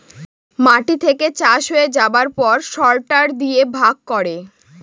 মাটি থেকে চাষ হয়ে যাবার পর সরটার দিয়ে ভাগ করে